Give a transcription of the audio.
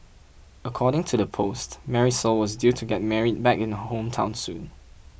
according to the post Marisol was due to get married back in the hometown soon